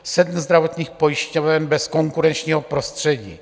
Sedm zdravotních pojišťoven bez konkurenčního prostředí.